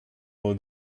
all